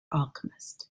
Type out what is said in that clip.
alchemist